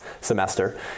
semester